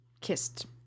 kissed